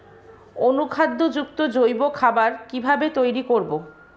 অনুখাদ্য যুক্ত জৈব খাবার কিভাবে তৈরি করব?